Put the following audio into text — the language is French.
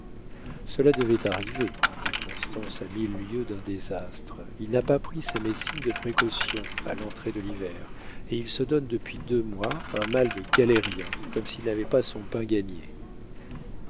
cela devait arriver dit constance à mille lieues d'un désastre il n'a pas pris sa médecine de précaution à l'entrée de l'hiver et il se donne depuis deux mois un mal de galérien comme s'il n'avait pas son pain gagné